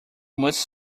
must